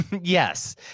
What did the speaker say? Yes